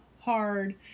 hard